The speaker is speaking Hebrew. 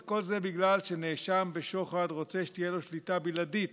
וכל זה בגלל שנאשם בשוחד רוצה שתהיה לו שליטה בלעדית